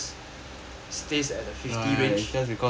stays at the fifty range